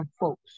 folks